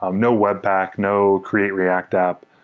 um no webback. no create react app.